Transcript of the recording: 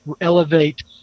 elevate